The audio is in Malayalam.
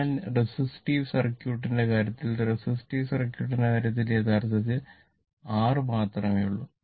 അതിനാൽ റെസിസ്റ്റീവ് സർക്യൂട്ടിന്റെ കാര്യത്തിൽ റെസിസ്റ്റീവ് സർക്യൂട്ടിന്റെ കാര്യത്തിൽ യഥാർത്ഥത്തിൽ R മാത്രമേയുള്ളൂ